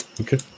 Okay